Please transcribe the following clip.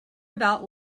about